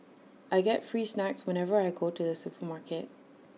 I get free snacks whenever I go to the supermarket